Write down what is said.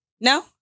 No